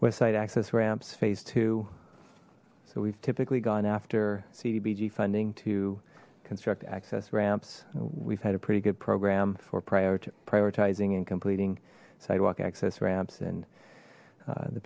website access ramps phase two so we've typically gone after cdbg funding to construct access ramps we've had a pretty good program for priority prioritizing and completing sidewalk access ramps and